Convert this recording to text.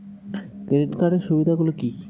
Credit কার্ডের সুবিধা গুলো কি?